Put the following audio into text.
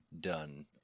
done